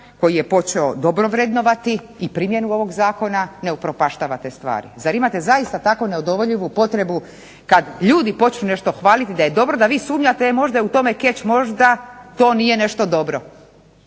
koji je počeo dobro vrednovati i primjenu ovog zakona ne upropaštavate stvari. Zar imate zaista tako neodoljivu potrebu kad ljudi počnu nešto hvaliti da je dobro da vi sumnjate e možda je u tome keč, možda to nije nešto dobro.